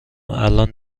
الان